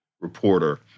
reporter